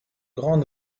grande